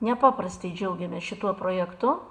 nepaprastai džiaugiamės šituo projektu